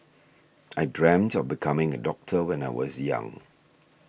I dreamt of becoming a doctor when I was young